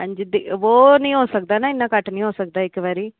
हंजी ओह् नेई हो सकदा ना इन्ना घट्ट नेई होई सकदा इक बारी